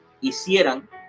hicieran